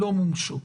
לא מומשו.